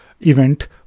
event